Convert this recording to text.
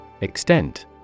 Extent